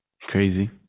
Crazy